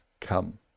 come